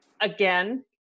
again